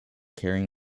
carrying